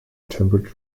temperate